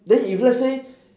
then if let's say